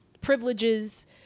privileges